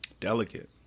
delicate